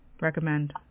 Recommend